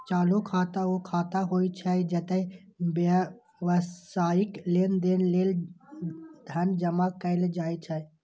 चालू खाता ऊ खाता होइ छै, जतय व्यावसायिक लेनदेन लेल धन जमा कैल जाइ छै